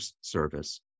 service